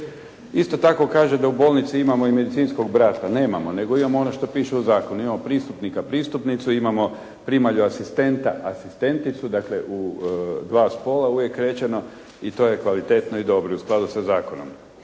Isto tako kaže da u bolnici imamo medicinskog brata. Nemamo, nego imamo ono što piše u zakonu, imamo pristupnika, pristupnicu, imamo primalju asistenta, asistenticu. Dakle, u 2 spola uvijek rečeno i to je kvalitetno i dobro i u skladu sa zakonom.